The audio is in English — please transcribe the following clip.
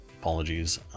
apologies